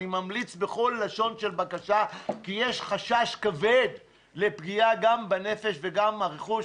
אני ממליץ בכל לשון של בקשה כי יש חשש כבד לפגיעה גם בנפש וגם ברכוש,